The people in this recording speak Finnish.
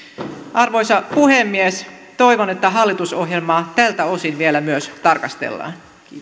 arvoisa puhemies toivon että hallitusohjelmaa tältä osin vielä myös tarkastellaan